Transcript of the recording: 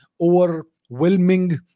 overwhelming